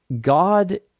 God